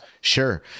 Sure